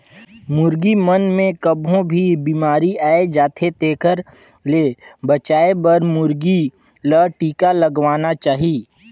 मुरगी मन मे कभों भी बेमारी आय जाथे तेखर ले बचाये बर मुरगी ल टिका लगवाना चाही